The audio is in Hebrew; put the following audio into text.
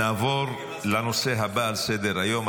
נעבור לנושא הבא על סדר-היום,